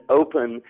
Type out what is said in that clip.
open